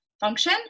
function